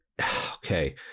Okay